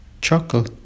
chuckle